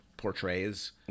portrays